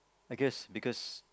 I guess because